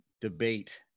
debate